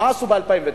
מה עשו ב-2009?